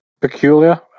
peculiar